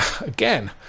again